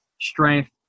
strength